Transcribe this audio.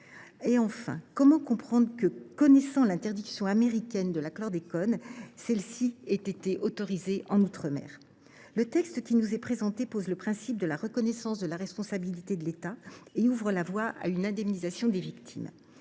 ? Enfin, comment comprendre que, alors que l’on connaissait l’interdiction américaine du chlordécone, celui ci ait été autorisé outre mer ? Le texte qui nous est présenté pose le principe de la reconnaissance de la responsabilité de l’État et ouvre la voie à une indemnisation des victimes.